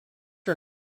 are